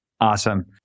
Awesome